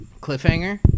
Cliffhanger